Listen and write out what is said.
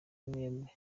mwebwe